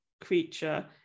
creature